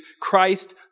Christ